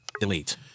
Delete